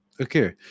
Okay